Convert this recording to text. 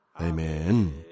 Amen